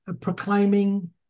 proclaiming